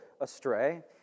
astray